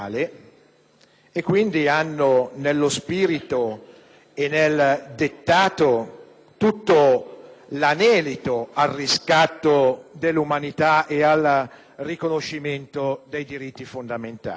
e quindi hanno nello spirito e nel dettato tutto l'anelito al riscatto dell'umanità e al riconoscimento dei diritti fondamentali.